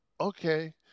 okay